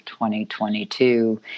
2022